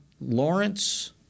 Lawrence